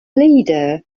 leader